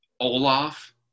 Olaf